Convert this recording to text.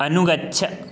अनुगच्छ